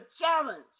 challenge